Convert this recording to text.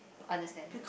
understand